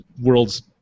world's